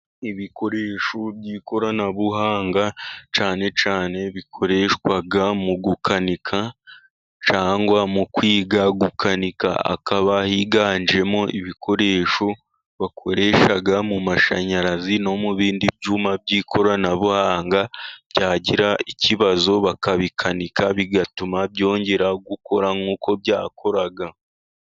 Ibikoresho by'ikoranabuhanga, cyane cyane bikoreshwa mu gukanika, cyangwa mu kwiga gukanika, hakaba higanjemo ibikoresho bakoresha mu mashanyarazi no mu bindi byuma by'ikoranabuhanga, byagira ikibazo bakabikanika bigatuma byongera gukora nk'uko byakoraga.